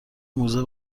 موزه